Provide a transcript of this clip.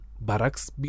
barracks